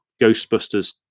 Ghostbusters